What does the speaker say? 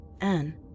Anne